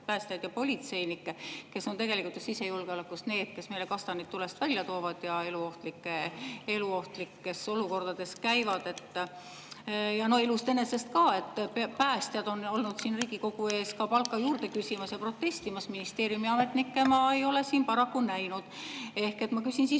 päästjaid ja politseinikke, kes on sisejulgeolekus tegelikult ju need, kes meile kastanid tulest välja toovad ja eluohtlikes olukordades on. Ja no elust enesest ka: päästjad on olnud siin Riigikogu ees palka juurde küsimas ja protestimas, ministeeriumiametnikke ma ei ole siin paraku näinud. Ma küsin siis